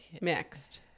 mixed